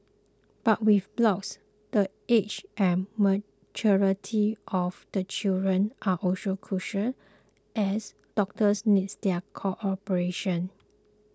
but with blocks the age and maturity of the children are also crucial as doctors needs their cooperation